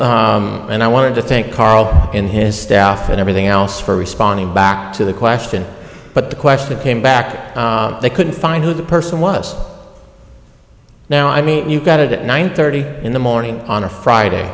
have and i wanted to thank karl in his staff and everything else for responding back to the question but the question came back they couldn't find who the person was now i mean you got it at nine thirty in the morning on a friday